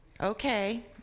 Okay